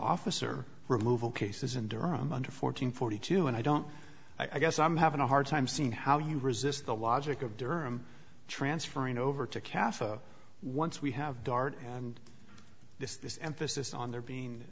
officer removal cases in durham under fourteen forty two and i don't i guess i'm having a hard time seeing how you resist the logic of derm transferring over to kaffir once we have dart and this emphasis on there being